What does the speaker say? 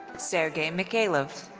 sergey mikhaylov.